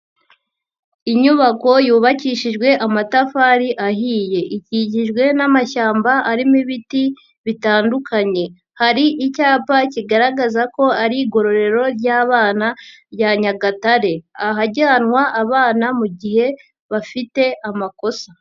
Inyubako yubakishijwe amatafari ahiye, ikikijwe n'amashyamba arimo ibiti bitandukanye, hari icyapa kigaragaza ko ari igororero ry'abana rya Nyagatare, ahajyanwa abana mu gihe bafite amakosa.